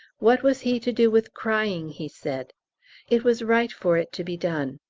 what was he to do with crying, he said it was right for it to be done.